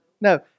No